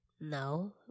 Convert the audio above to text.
no